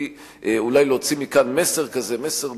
ואנחנו אולי צריכים להוציא מכאן מסר ברור